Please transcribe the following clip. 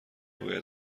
باید